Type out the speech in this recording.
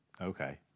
okay